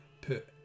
put